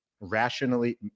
rationally